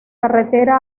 carretera